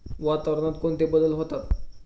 वातावरणात कोणते बदल होतात?